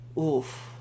oof